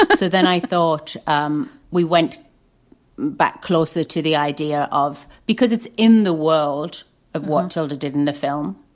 ah so then i thought um we went back closer to the idea of because it's in the world of one tilda did in the film.